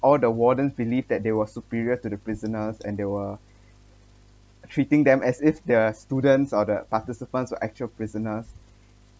all the warden believe that they was superior to the prisoners and they were treating them as if they‘re students or the participants of actual prisoners